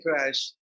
crash